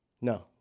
No